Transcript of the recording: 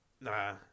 Nah